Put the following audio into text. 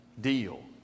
deal